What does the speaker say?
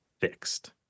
fixed